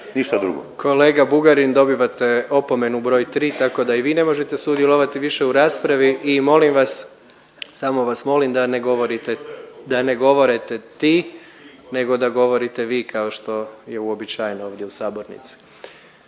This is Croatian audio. Gordan (HDZ)** Kolega Bugarin dobivate opomenu broj tri tako da i vi ne možete sudjelovati više u raspravi i molim vas, samo vas molim da ne govorite „ti“ nego da govorite „vi“ kao što je uobičajeno ovdje u sabornici.